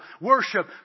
worship